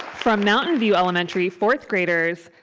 from mountain view elementary, fourth graders,